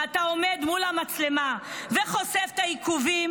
ואתה עומד מול המצלמה וחושף את העיכובים